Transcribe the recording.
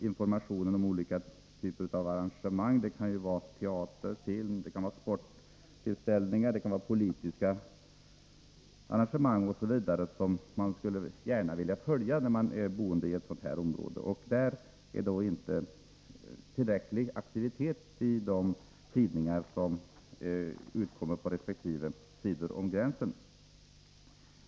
information om olika typer av arrangemang, teater, film, sporttillställningar och politiska arrangemang, som man gärna skulle vilja följa när man bor i ett sådant här område. Det är alltså inte tillräcklig aktivitet i fråga om information i de tidningar som utkommer på resp. sida om gränsen.